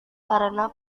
karena